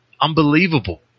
unbelievable